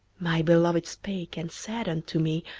my beloved spake, and said unto me,